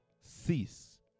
cease